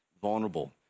vulnerable